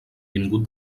vingut